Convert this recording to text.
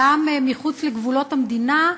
גם מחוץ לגבולות המדינה,